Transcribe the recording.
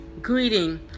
greeting